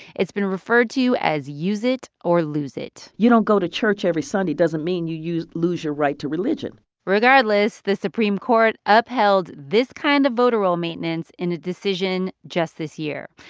it's been referred to as use it or lose it you don't go to church every sunday, doesn't mean you lose your right to religion regardless, the supreme court upheld this kind of voter roll maintenance in a decision just this year.